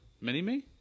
Mini-me